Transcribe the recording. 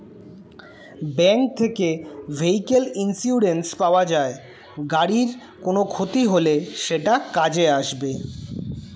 bank থেকে vehicle insurance পাওয়া যায়, গাড়ির কোনো ক্ষতি হলে সেটা কাজে আসবে